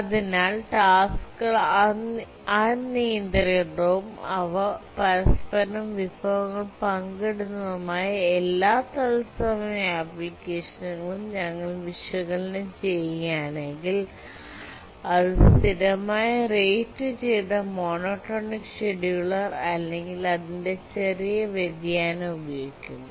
അതിനാൽ ടാസ്ക്കുകൾ അനിയന്ത്രിതവും അവ പരസ്പരം വിഭവങ്ങൾ പങ്കിടുന്നതുമായ എല്ലാ തത്സമയ അപ്ലിക്കേഷനുകളും ഞങ്ങൾ വിശകലനം ചെയ്യുകയാണെങ്കിൽ അത് സ്ഥിരമായി റേറ്റു ചെയ്ത മോണോടോണിക് ഷെഡ്യൂളർ അല്ലെങ്കിൽ അതിന്റെ ചെറിയ വ്യതിയാനം ഉപയോഗിക്കുന്നു